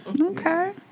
Okay